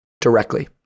directly